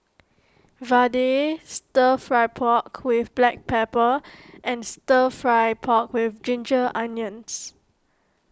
Vadai Stir Fry Pork with Black Pepper and Stir Fried Pork with Ginger Onions